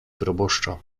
proboszcza